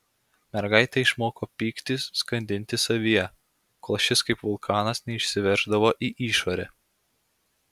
mergaitė išmoko pyktį skandinti savyje kol šis kaip vulkanas neišsiverždavo į išorę